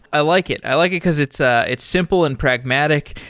i like it. i like it because it's ah it's simple and pragmatic,